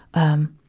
um,